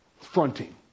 fronting